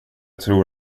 tror